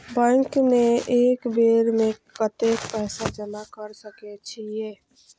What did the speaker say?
Bank में एक बेर में कतेक पैसा जमा कर सके छीये?